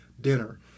dinner